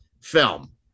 film